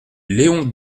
léon